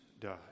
died